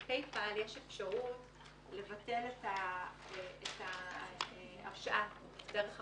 בפייפל יש אפשרות לבטל את ההרשאה דרך החשבון.